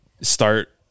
start